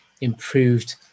improved